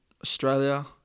Australia